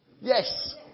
Yes